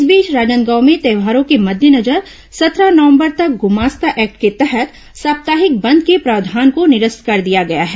इस बीच राजनांदगांव में त्यौहारों के मद्देनजर सत्रह नवंबर तक गुमास्ता एक्ट के तहत साप्ताहिक बंद के प्रावधान को निरस्त कर दिया गया है